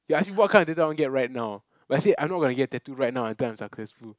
you ask me what kind of tattoo I want to get right now but I said I'm not going to get tattoo right now until I'm successful